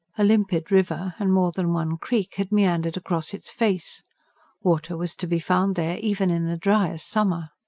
a limpid river and more than one creek had meandered across its face water was to be found there even in the driest summer.